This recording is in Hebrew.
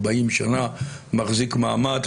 40 שנה מחזיק מעמד.